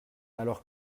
alors